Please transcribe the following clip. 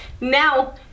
Now